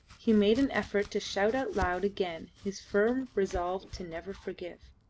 he made an effort to shout out loud again his firm resolve to never forgive.